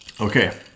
Okay